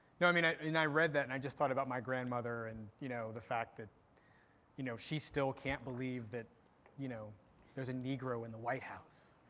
no i mean, and i mean i read that, and i just thought about my grandmother and you know the fact that you know she still can't believe that you know there's a negro in the white house.